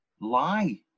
lie